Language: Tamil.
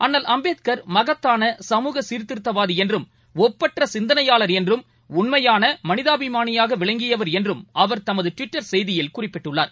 அண்ணல் அம்பேத்கர் மகத்தான சமூக சீர்திருத்தவாதிஎன்றும் ஒப்பற்றசிந்தனையாளர் என்றும் உண்மையானமனிதாபிமானியாகவிளங்கியவர் என்றும் அவர் தமதுட்விட்டர் செய்தியில் குறிப்பிட்டுள்ளார்